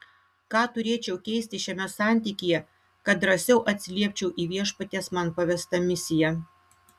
ką turėčiau keisti šiame santykyje kad drąsiau atsiliepčiau į viešpaties man pavestą misiją